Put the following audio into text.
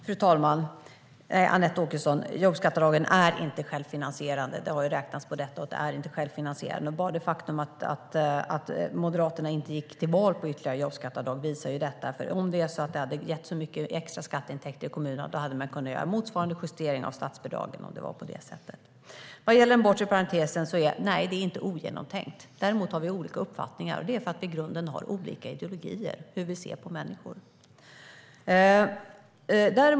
Fru talman! Jobbskatteavdragen, Anette Åkesson, är inte självfinansierande. Man har räknat på detta, och de är inte självfinansierande. Bara det faktum att Moderaterna inte gick till val på ytterligare jobbskatteavdrag visar detta. Om de hade gett så mycket extra skatteintäkter i kommunerna hade man kunnat göra motsvarande justeringar av statsbidragen. Ett borttagande av den bortre parentesen är inte ogenomtänkt. Däremot har vi olika uppfattningar, och det beror i grunden på våra olika ideologier som påverkar hur vi ser på människor.